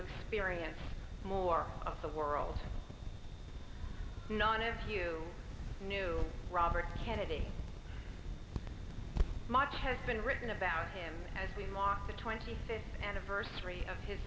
experience more of the world none of you knew robert kennedy much has been written about him as we walked the twenty fifth anniversary of his